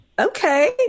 Okay